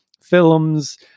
films